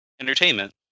entertainment